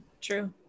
True